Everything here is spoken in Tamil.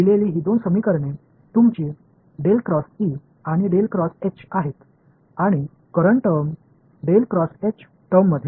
நான் எழுதியுள்ள இந்த இரண்டு சமன்பாடுகளும் உங்கள் மற்றும் மின்சார வெளிப்பாடு என்ற வெளிப்பாடு ஆக வந்துள்ளன